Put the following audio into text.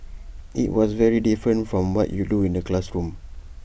IT was very different from what you do in the classroom